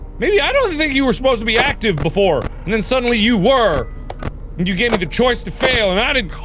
maybe i don't think you were supposed to be active before and then suddenly you were and you gave me the choice to fail and i di